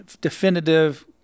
definitive